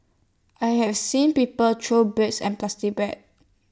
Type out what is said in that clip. I have seen people throw birds at plastic bags